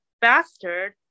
bastard